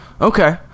Okay